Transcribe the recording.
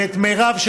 ואת מרב,